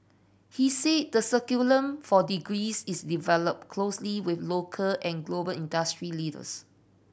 he said the curriculum for degrees is developed closely with local and global industry leaders